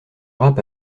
rap